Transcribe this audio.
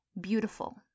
beautiful